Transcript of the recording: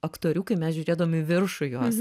aktoriukai mes žiūrėdavom į viršų jos